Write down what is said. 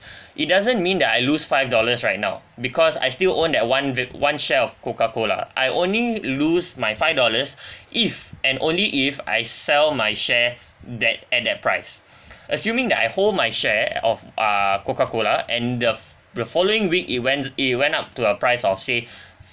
it doesn't mean that I lose five dollars right now because I still own that one b~ one share of coca cola I only lose my five dollars if and only if I sell my share that at that price assuming that I hold my share of uh coca cola and the the following week it went it went up to a price of say